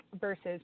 versus